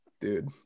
dude